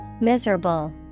Miserable